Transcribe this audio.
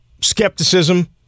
skepticism